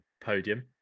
podium